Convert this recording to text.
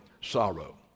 sorrow